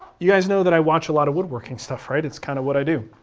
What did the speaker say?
you guys know that i watch a lot of woodworking stuff, right, it's kind of what i do.